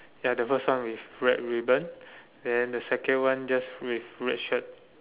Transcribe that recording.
ya the first one with red ribbon then the second one just with red shirt